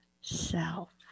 self